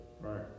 right